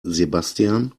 sebastian